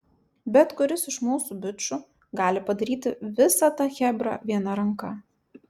bet kuris iš mūsų bičų gali padaryti visą tą chebrą viena ranka